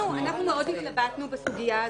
אנחנו מאוד התלבטנו בסוגיה הזאת.